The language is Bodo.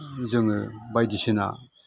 जोङो बायदिसिना